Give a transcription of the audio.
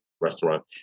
restaurant